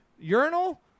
urinal